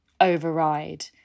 override